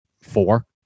four